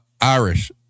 Irish